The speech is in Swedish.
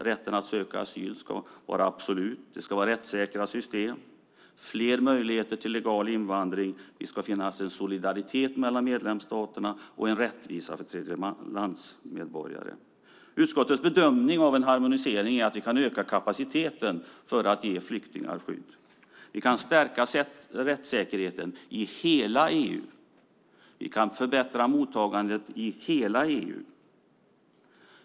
Rätten att söka asyl ska vara absolut. Det ska vara rättssäkra system och fler möjligheter till legal invandring. Det ska finnas en solidaritet mellan medlemsstaterna samt en rättvisa för tredjelandsmedborgare. Utskottets bedömning av en harmonisering är att vi därmed kan öka kapaciteten för att ge flyktingar skydd. Vi kan stärka rättssäkerheten i hela EU. Vi kan förbättra mottagandet i hela EU.